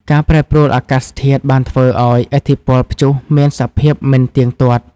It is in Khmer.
ការប្រែប្រួលអាកាសធាតុបានធ្វើឱ្យឥទ្ធិពលព្យុះមានសភាពមិនទៀងទាត់។